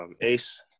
Ace